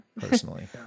personally